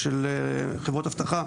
ושל חברות אבטחה.